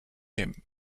him